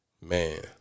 man